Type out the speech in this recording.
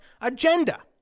agenda